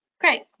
Great